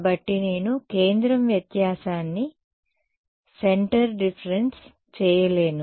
కాబట్టి నేను centre difference చేయలేను